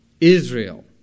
Israel